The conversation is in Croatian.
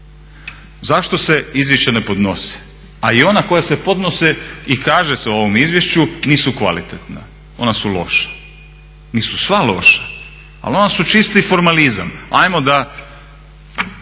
Zašto se izvješća ne podnose, a i ona koja se podnose i kaže se u ovom izvješću nisu kvalitetna, ona su loša. Nisu sva loša, ali ona su čisti formalizam. Ajmo da